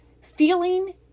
Feeling